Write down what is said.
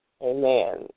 Amen